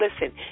listen